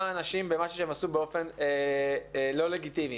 אנשים במשהו שהם עשו באופן לא לגיטימי.